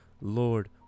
Lord